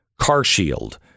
CarShield